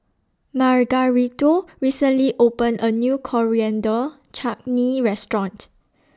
Margarito recently opened A New Coriander Chutney Restaurant